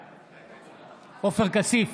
בעד עופר כסיף,